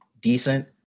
decent